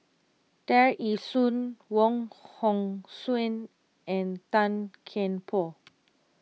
Tear Ee Soon Wong Hong Suen and Tan Kian Por